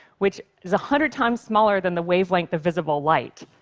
which is a hundred times smaller than the wavelength of visible light,